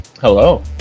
Hello